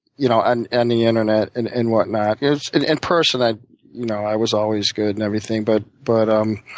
you know and and the internet and and whatnot. in yeah and and person, i you know i was always good and everything. but but um